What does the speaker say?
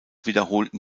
wiederholten